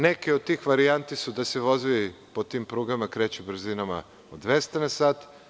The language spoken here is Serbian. Neke od tih varijanti su da se vozovi po tim prugama kreću brzinama od 200 na sat.